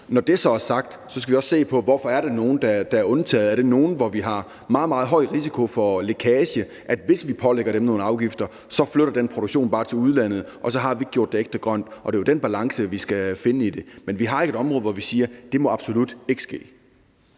Når det så er sagt, skal vi også se på, hvorfor der er nogle, der er undtaget. Er det nogle, hvor vi har en meget, meget høj risiko for lækage, og hvor produktionen, hvis vi pålægger dem nogle afgifter, så bare flytter til udlandet, og vi så ikke har gjort det ægte grønt? Det er jo den balance, vi skal finde i det. Men vi har ikke et område, hvor vi siger, at det absolut ikke må ske.